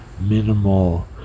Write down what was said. minimal